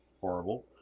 horrible